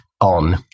On